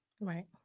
Right